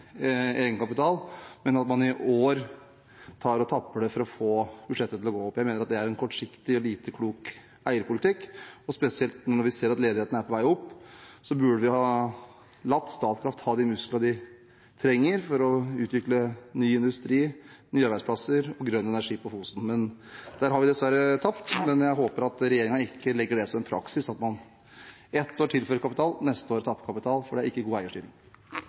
egenkapital, men at man i år tapper det for å få budsjettet til å gå opp. Jeg mener det er en kortsiktig og lite klok eierpolitikk. Spesielt når vi ser at ledigheten er på vei opp, burde vi ha latt Statkraft ha de musklene de trenger for å utvikle ny industri, nye arbeidsplasser og grønn energi på Fosen. Der har vi dessverre tapt, men jeg håper regjeringen ikke legger det som en praksis at man ett år tilfører kapital og neste år tapper kapital, for det er ikke god